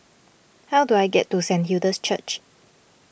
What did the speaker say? how do I get to Saint Hilda's Church